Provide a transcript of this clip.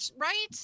right